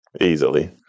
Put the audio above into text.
Easily